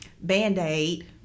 band-aid